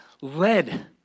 led